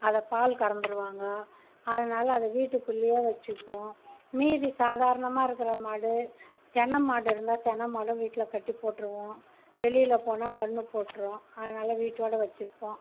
அதை பால் கறந்துருவாங்க அதனால் அதை வீட்டுக்குள்ளேயே வச்சுப்போம் மீதி சாதாரணமாக இருக்கிற மாடு சின மாடு இருந்தா சின மாடும் வீட்டில் கட்டி போட்ருவோம் வெளியில் போனா கன்று போட்ரும் அதனால் வீட்டோட வச்சுப்போம்